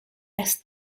las